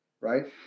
right